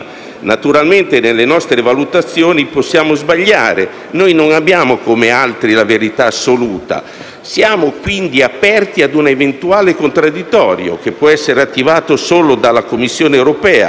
Naturalmente, nelle nostre valutazioni possiamo sbagliare. Noi non abbiamo, come altri, la verità assoluta. Siamo quindi aperti ad un eventuale contradditorio, che può essere attivato solo dalla Commissione europea,